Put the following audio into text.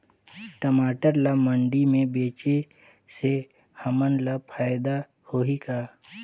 टमाटर ला मंडी मे बेचे से हमन ला फायदा होही का?